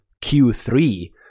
q3